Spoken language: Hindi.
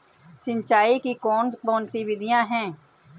सिंचाई की कौन कौन सी विधियां हैं?